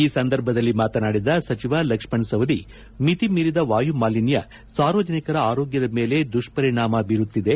ಈ ಸಂದರ್ಭದಲ್ಲಿ ಮಾತನಾಡಿದ ಸಚಿವ ಲಕ್ಷ್ಮಣ್ ಸವದಿ ಮಿತಿ ಮೀರಿದ ವಾಯುಮಾಲಿನ್ಯ ಸಾರ್ವಜನಿಕರ ಆರೋಗ್ಯದ ಮೇಲೆ ದುಪ್ಪರಿಣಾಮ ಬೀರುತ್ತಿದೆ